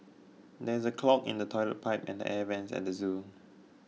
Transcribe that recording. there is a clog in the Toilet Pipe and the Air Vents at the zoo